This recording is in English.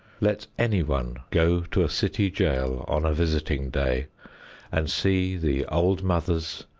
let anyone go to a city jail on a visiting day and see the old mothers,